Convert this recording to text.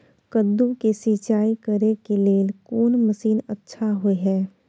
कद्दू के सिंचाई करे के लेल कोन मसीन अच्छा होय है?